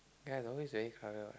ya it's always very colour what